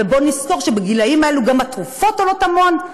ובואו נזכור שבגילים האלה גם התרופות עולות המון.